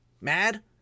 mad